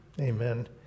Amen